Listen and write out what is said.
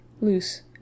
loose